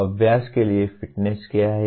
अभ्यास के लिए फिटनेस क्या है